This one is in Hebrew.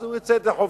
אז הוא יוצא ידי חובה.